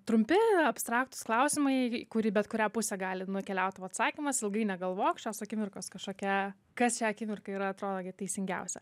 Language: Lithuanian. trumpi abstraktūs klausimai į kurį bet kurią pusę gali nukeliaut tavo atsakymas ilgai negalvok šios akimirkos kažkokia kas šią akimirką yra atrodo gi teisingiausia